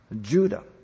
Judah